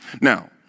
Now